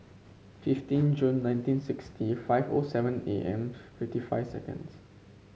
fifteen June nineteen sixty five O seven A M fifty five seconds